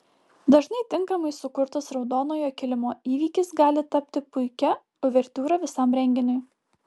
dažnai tinkamai sukurtas raudonojo kilimo įvykis gali tapti puikia uvertiūra visam renginiui